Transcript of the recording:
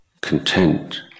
content